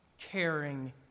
caring